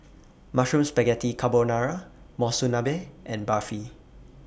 Mushroom Spaghetti Carbonara Monsunabe and Barfi